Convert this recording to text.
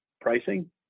pricing